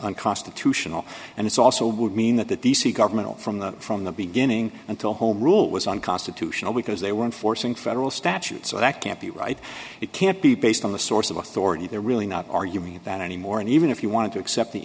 unconstitutional and it's also would mean that the d c government from the from the beginning until home rule was unconstitutional because they were enforcing federal statute so that can't be right it can't be based on the source of authority they're really not arguing that anymore and even if you wanted to accept the